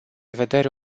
vedere